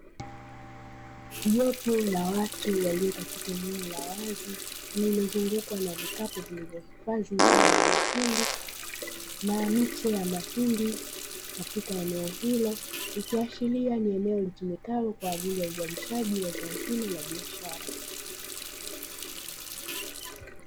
Jopo la watu walio katika eneo la wazi lililozungukwa na vikapu vilivyohifadhi zao la mahindi na miche ya mahindi katika eneo hilo, ikiashiria ni eneo litumikalo kwa ajili ya uzalishaji wa zao hilo la biashara.